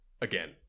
again